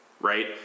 right